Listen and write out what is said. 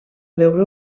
veure